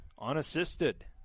unassisted